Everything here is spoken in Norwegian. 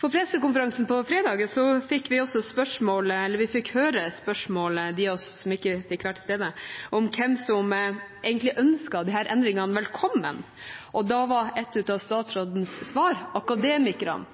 På pressekonferansen fredag fikk de av oss som ikke fikk vært til stede, høre om spørsmålet om hvem som egentlig ønsket disse endringene velkommen. Da var et av statsrådens svar: akademikerne.